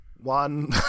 One